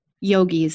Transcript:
yogis